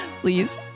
Please